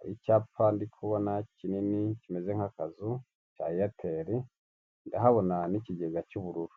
ay'icyapa ndi kubona kinini kimeze nk'akazu cya airtel ndahabona n'ikigega cy'ubururu.